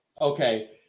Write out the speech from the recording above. okay